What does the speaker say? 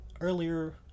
earlier